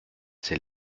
ses